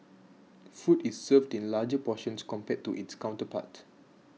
food is served in larger portions compared to its counterparts